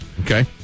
Okay